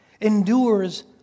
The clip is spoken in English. endures